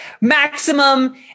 maximum